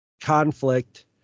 conflict